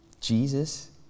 Jesus